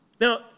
Now